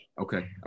okay